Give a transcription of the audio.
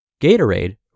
Gatorade